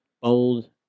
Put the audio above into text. bold